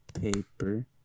paper